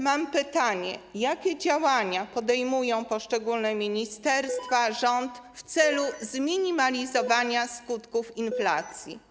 Mam pytanie: Jakie działania podejmują poszczególne ministerstwa, rząd w celu zminimalizowania skutków inflacji?